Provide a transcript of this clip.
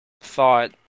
thought